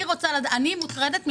אני מוטרדת ממנגנונים,